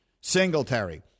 Singletary